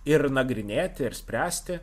ir nagrinėti ir spręsti